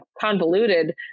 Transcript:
convoluted